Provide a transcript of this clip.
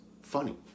funny